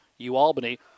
UAlbany